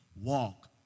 Walk